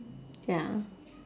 ya